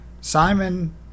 Simon